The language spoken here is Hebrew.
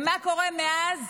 מה קורה מאז?